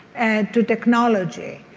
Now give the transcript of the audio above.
and to technology,